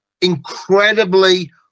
incredibly